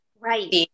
Right